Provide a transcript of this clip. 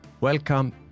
welcome